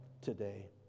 today